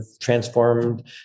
transformed